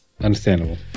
understandable